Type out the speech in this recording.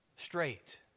Straight